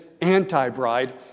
anti-bride